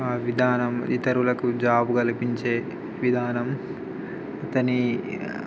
విధానం ఇతరులకు జాబ్ కలిపించే విధానం అతని